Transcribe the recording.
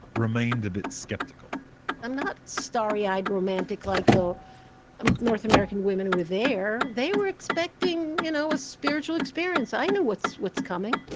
remained a bit skeptical i'm not starry-eyed romantic like the north american women who were there. they were expecting, you know, a spiritual experience. i knew what's what's coming.